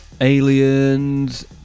aliens